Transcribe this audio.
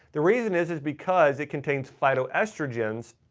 the reason is is because it contains phytoestrogens.